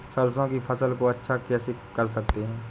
सरसो की फसल को अच्छा कैसे कर सकता हूँ?